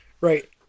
Right